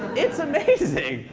it's amazing.